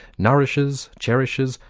nourishes, cherishes,